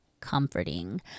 comforting